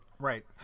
Right